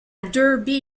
derby